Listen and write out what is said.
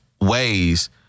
ways